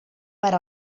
per